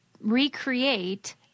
recreate